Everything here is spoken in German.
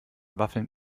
waffeln